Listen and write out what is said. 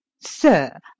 Sir